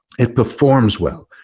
it performs well.